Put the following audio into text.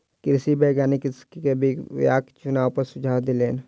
कृषि वैज्ञानिक कृषक के बीयाक चुनाव पर सुझाव देलैन